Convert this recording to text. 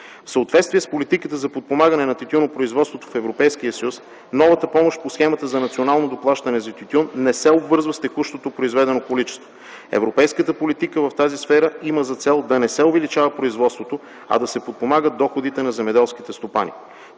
В съответствие с политиката за подпомагане на тютюнопроизводството в Европейския съюз новата помощ по схемата за национално доплащане за тютюн не се обвързва с текущото произведено количество. Европейската политика в тази сфера има за цел да не се увеличава производството, а да се подпомагат доходите на земеделските стопани.